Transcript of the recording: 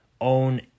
own